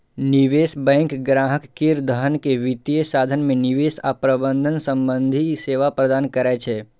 निवेश बैंक ग्राहक केर धन के वित्तीय साधन मे निवेश आ प्रबंधन संबंधी सेवा प्रदान करै छै